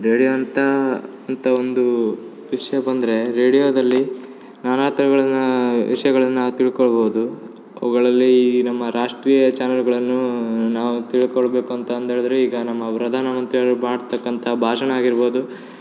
radio ಅಂತಾ ಅಂತ ಒಂದು ವಿಷಯ ಬಂದ್ರೆ ರೇಡಿಯೋದಲ್ಲಿ ನಾನಾಥರಗಳನ್ನ ವಿಷಯಗಳನ್ನ ನಾವು ತಿಳ್ಕೊಳ್ಬೌದು ಅವ್ಗಳಲ್ಲಿ ಈ ನಮ್ಮ ರಾಷ್ಟ್ರೀಯ ಚಾನೆಲ್ಗಳನ್ನೂ ನಾವು ತಿಳ್ಕೊಳ್ಬೇಕಂತ ಅಂದೇಳಿದ್ರೆ ಈಗ ನಮ್ಮ ಪ್ರಧಾನ ಮಂತ್ರಿ ಅವರು ಮಾಡ್ತಕ್ಕಂಥ ಭಾಷಣ ಆಗಿರ್ಬೌದು